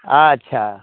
अच्छा